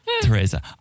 Teresa